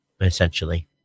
essentially